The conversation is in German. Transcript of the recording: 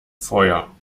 feuer